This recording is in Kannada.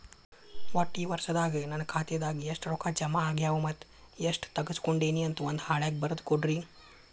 ಒಟ್ಟ ಈ ವರ್ಷದಾಗ ನನ್ನ ಖಾತೆದಾಗ ಎಷ್ಟ ರೊಕ್ಕ ಜಮಾ ಆಗ್ಯಾವ ಮತ್ತ ಎಷ್ಟ ತಗಸ್ಕೊಂಡೇನಿ ಅಂತ ಒಂದ್ ಹಾಳ್ಯಾಗ ಬರದ ಕೊಡ್ರಿ